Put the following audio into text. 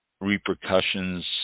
repercussions